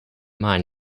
mind